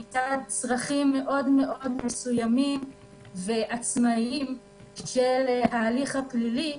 מצד צרכים מסוימים מאוד ועצמאיים של ההליך הפלילי,